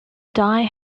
die